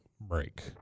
break